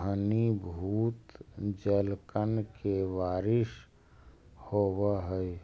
घनीभूत जलकण के बारिश होवऽ हई